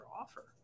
offer